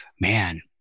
man